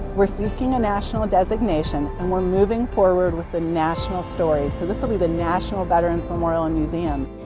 we're seeking a national designation and were moving forward with the national story, so this will be the national veteran's memorial and museum!